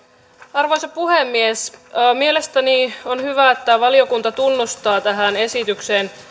arvoisa puhemies mielestäni on hyvä että valiokunta tunnustaa tähän esitykseen